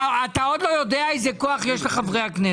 אתה עוד לא יודע איזה כוח יש לחברי הכנסת.